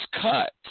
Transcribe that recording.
cut